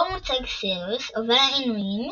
בו מוצג סיריוס עובר עינויים